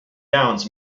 downs